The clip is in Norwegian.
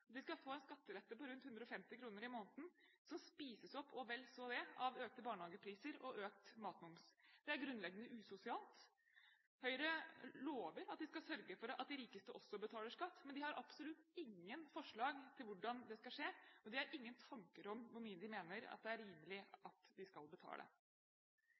de skal få en skattelette på rundt 150 kr i måneden, som spises opp og vel så det av økte barnehagepriser og økt matmoms. Det er grunnleggende usosialt. Høyre lover at de skal sørge for at de rikeste også betaler skatt, men de har absolutt ingen forslag til hvordan det skal skje, og de har ingen tanker om hvor mye de mener det er rimelig at de skal betale.